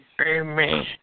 Amen